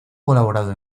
colaborado